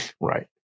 Right